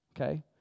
Okay